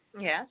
Yes